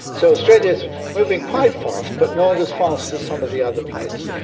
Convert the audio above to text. so australia is moving quite fast but not as fast as some of the other plates,